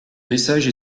message